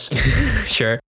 sure